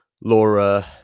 Laura